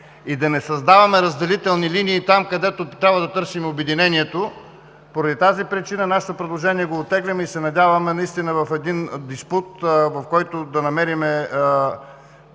и да не създаваме разделителни линии там, където трябва да търсим обединението. По тази причина оттегляме нашето предложение и се надяваме наистина в един диспут, в който да намерим